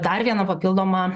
dar viena papildoma